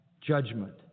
judgment